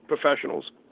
professionals